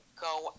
Go